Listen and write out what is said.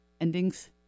endings